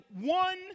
one